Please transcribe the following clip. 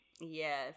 Yes